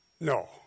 No